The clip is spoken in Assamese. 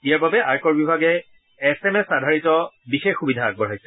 ইয়াৰ বাবে আয়কৰ বিভাগে এছ্ এম এছ আধাৰিত বিশেষ সূবিধা আগবঢ়াইছে